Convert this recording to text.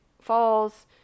Falls